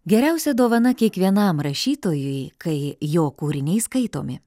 geriausia dovana kiekvienam rašytojui kai jo kūriniai skaitomi